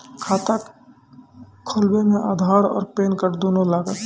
खाता खोलबे मे आधार और पेन कार्ड दोनों लागत?